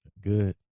Good